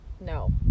No